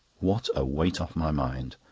what a weight off my mind!